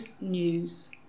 news